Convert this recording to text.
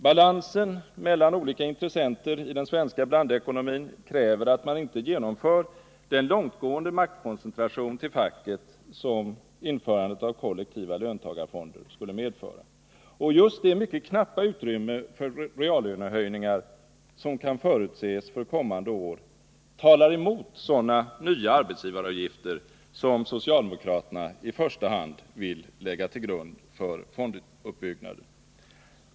Balansen mellan olika intressenter i den svenska blandekonomin kräver att man inte genomför den långtgående maktkoncentration till facket som införandet av kollektiva löntagarfonder skulle medföra. Och just det mycket knappa utrymme för reallönehöjningar som kan förutses för kommande år talar emot sådana nya arbetsgivaravgifter som socialdemokraterna i första hand vill lägga till grund för fonduppbyggnaden.